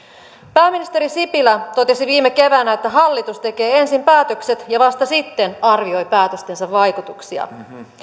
pääministeri sipilä totesi viime keväänä että hallitus tekee ensin päätökset ja vasta sitten arvioi päätöstensä vaikutuksia